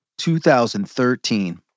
2013